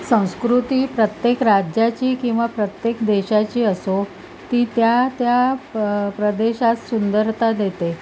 संस्कृती प्रत्येक राज्याची किंवा प्रत्येक देशाची असो ती त्या त्या प्रदेशात सुंदरता देते